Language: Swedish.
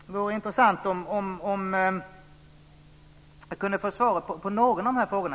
Det vore intressant om jag kunde få svar på någon av frågorna.